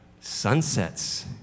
sunsets